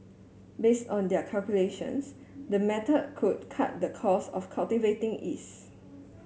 based on their calculations the method could cut the cost of cultivating yeast